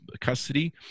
custody